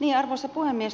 arvoisa puhemies